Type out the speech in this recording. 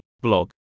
blog